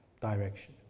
direction